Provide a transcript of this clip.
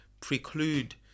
preclude